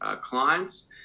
clients